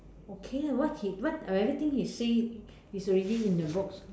okay ah what he what everything he say is already in the books